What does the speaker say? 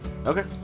Okay